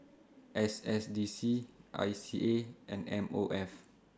S S D C I C A and M O F